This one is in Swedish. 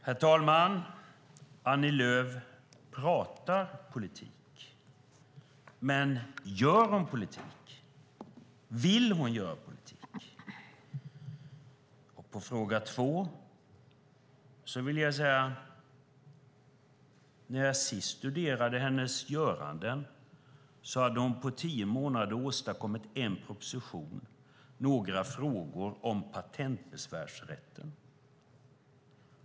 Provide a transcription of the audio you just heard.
Herr talman! Annie Lööf pratar politik. Men gör hon politik? Vill hon göra politik? På fråga 1 vill jag säga att när jag sist studerade hennes göranden hade hon på tio månader åstadkommit en proposition, Några frågor om patentbesvärsrätten .